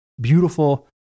beautiful